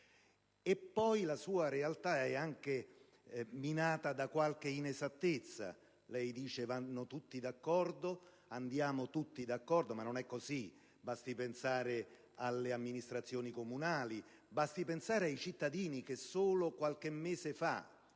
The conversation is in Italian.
inoltre, è anche minata da qualche inesattezza. Lei ha detto che andate tutti d'accordo, ma non è così: basti pensare alle amministrazioni comunali; basti pensare ai cittadini che solo qualche mese fa,